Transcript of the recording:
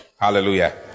Hallelujah